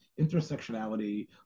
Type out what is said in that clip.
intersectionality